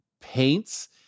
paints